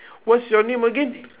what's your name again